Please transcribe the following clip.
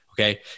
okay